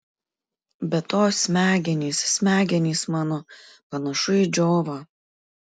be to smegenys smegenys mano panašu į džiovą